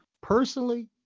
personally